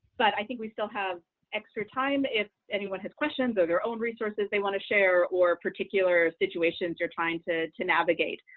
but i think we still have extra time, if anyone has questions or their own resources they want to share or particular situations you're trying to to navigate.